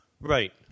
Right